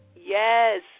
Yes